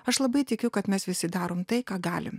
aš labai tikiu kad mes visi darom tai ką galim